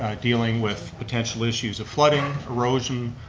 ah dealing with potential issues of flooding, erosion,